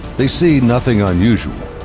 they see nothing unusual.